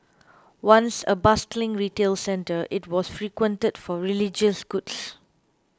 once a bustling retail centre it was frequented for religious goods